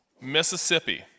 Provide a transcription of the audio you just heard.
Mississippi